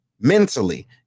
mentally